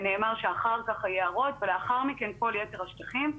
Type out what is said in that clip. נאמר שאחר כך היערות ולאחר מכן כל יתר השטחים.